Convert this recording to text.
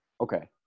Okay